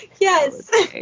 Yes